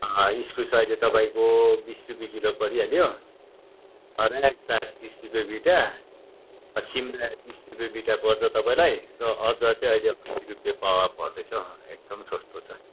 इस्कुस अहिले तपाईँको बिस रुपे किलो परिहाल्यो रायोको साग तिस रुपे बिटा सिमरायो तिस रुपे बिटा पर्छ तपाईँलाई र अदुवा चाहिँ अहिले अस्सी रुपे पावा पर्दैछ एकदम सस्तो छ